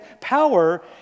power